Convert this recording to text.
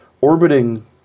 orbiting